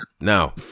now